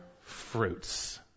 fruits